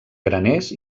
graners